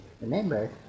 remember